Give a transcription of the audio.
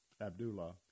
Abdullah